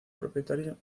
propietario